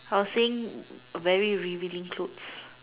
I was saying very revealing clothes